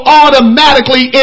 automatically